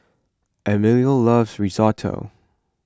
Emilio loves Risotto